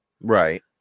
Right